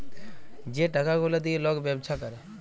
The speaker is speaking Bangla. যে টাকা গুলা দিঁয়ে লক ব্যবছা ক্যরে